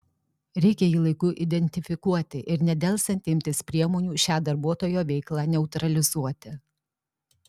reikia jį laiku identifikuoti ir nedelsiant imtis priemonių šią darbuotojo veiklą neutralizuoti